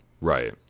Right